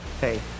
hey